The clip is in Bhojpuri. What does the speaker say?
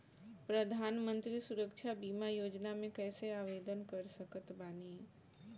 प्रधानमंत्री सुरक्षा बीमा योजना मे कैसे आवेदन कर सकत बानी?